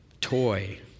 toy